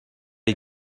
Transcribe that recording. his